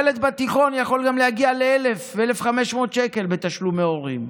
ילד בתיכון יכול להגיע גם ל-1,000 ול-1,500 שקל בתשלומי הורים.